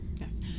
Yes